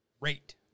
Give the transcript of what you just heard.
rate